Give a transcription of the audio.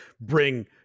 bring